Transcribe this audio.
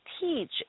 teach